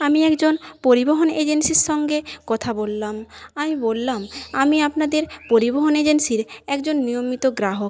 আমি একজন পরিবহন এজেন্সির সঙ্গে কথা বললাম আমি বললাম আমি আপনাদের পরিবহন এজেন্সির একজন নিয়মিত গ্রাহক